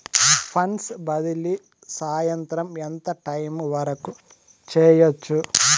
funds బదిలీ సాయంత్రం ఎంత టైము వరకు చేయొచ్చు